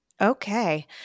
Okay